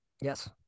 Yes